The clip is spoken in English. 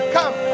Come